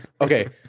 okay